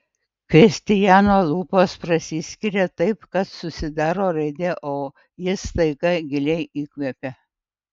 kristijano lūpos prasiskiria taip kad susidaro raidė o jis staiga giliai įkvepia